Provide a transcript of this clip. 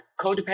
codependent